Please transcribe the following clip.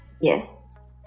yes